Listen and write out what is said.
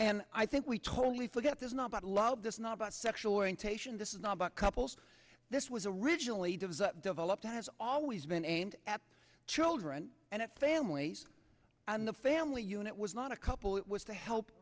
and i think we totally forget this not about love this not about sexual orientation this is not about couples this was originally developed developed has always been aimed at children and families and the family unit was not a couple it was to help